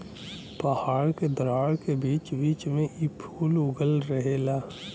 पहाड़ के दरार के बीच बीच में इ फूल उगल रहेला